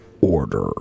Order